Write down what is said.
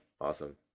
awesome